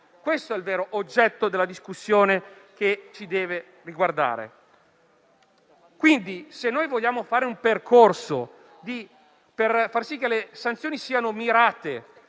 Questo è il vero oggetto della discussione che ci deve riguardare. Quindi, se vogliamo intraprendere un percorso per far sì che le sanzioni siano mirate